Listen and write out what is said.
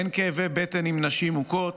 אין כאבי בטן עם נשים מוכות,